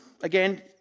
again